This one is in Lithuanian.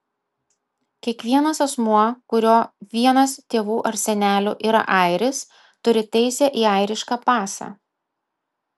kiekvienas asmuo kurio vienas tėvų ar senelių yra airis turi teisę į airišką pasą